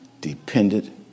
dependent